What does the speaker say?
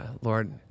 Lord